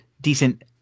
decent